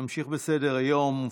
נמשיך בסדר-היום.